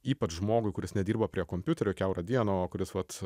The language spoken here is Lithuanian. ypač žmogui kuris nedirba prie kompiuterio kiaurą dieną o kuris vat